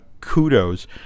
kudos